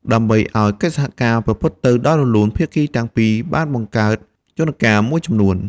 ដើម្បីឱ្យកិច្ចសហការប្រព្រឹត្តទៅដោយរលូន ភាគីទាំងពីរបានបង្កើតយន្តការមួយចំនួន។